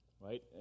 right